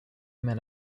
men